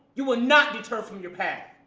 you will not deter from your path.